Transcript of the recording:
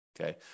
Okay